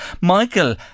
Michael